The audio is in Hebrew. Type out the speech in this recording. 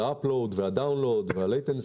ה-upload ושל ה- download וה-latency.